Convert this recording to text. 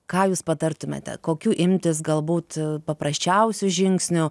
ką jūs patartumėte kokių imtis galbūt paprasčiausių žingsnių